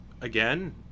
again